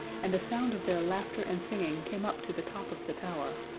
and the sound of their laughter and singing came up to the top of the tower.